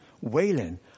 wailing